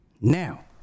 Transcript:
Now